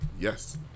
yes